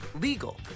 legal